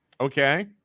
Okay